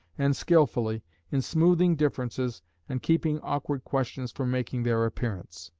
and skilfully in smoothing differences and keeping awkward questions from making their appearance.